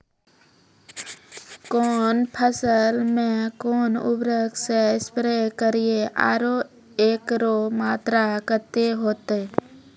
कौन फसल मे कोन उर्वरक से स्प्रे करिये आरु एकरो मात्रा कत्ते होते?